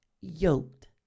yoked